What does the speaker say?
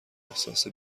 احساس